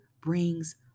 brings